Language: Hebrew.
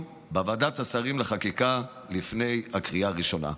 בוועדת השרים לחקיקה לפני הקריאה הראשונה.